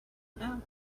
about